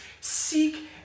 seek